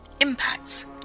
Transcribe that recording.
impacts